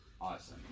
awesome